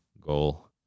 goal